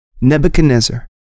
Nebuchadnezzar